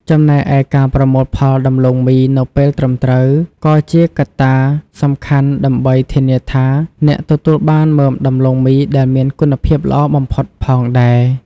ចំណែកឯការប្រមូលផលដំឡូងមីនៅពេលត្រឹមត្រូវ ក៏ជាកត្តាសំខាន់ដើម្បីធានាថាអ្នកទទួលបានមើមដំឡូងមីដែលមានគុណភាពល្អបំផុតផងដែរ។